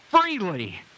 freely